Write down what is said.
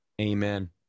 Amen